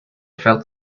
felt